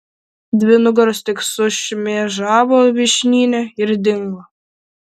dvi nugaros tik sušmėžavo vyšnyne ir dingo